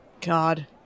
God